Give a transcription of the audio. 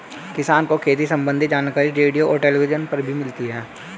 किसान को खेती सम्बन्धी जानकारी रेडियो और टेलीविज़न पर मिलता है